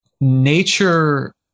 nature